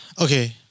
Okay